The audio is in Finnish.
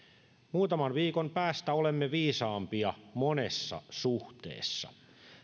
muutaman viikon päästä olemme viisaampia monessa suhteessa